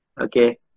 okay